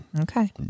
Okay